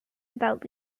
without